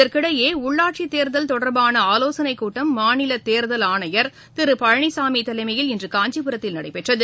இதற்கிடையே உள்ளாட்சித் தேர்தல் தொடர்பான ஆலோசனை கூட்டம் மாநில தேர்தல் ஆனையர் திரு பழனிச்சாமி தலைமையில் இன்று காஞ்சிபுரத்தில் நடைபெற்றது